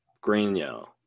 Green-yellow